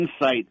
insight